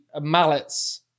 mallets